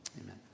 Amen